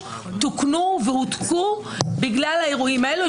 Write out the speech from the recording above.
תוקנו ו --- בגלל האירועים האלה.